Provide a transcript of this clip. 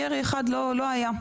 ירי אחד לא היה.